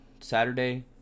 Saturday